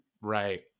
Right